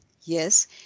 Yes